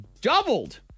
doubled